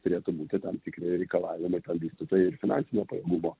turėtų būti tam tikri reikalavimai vystytojui ir finansinio pajėgumo